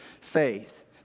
faith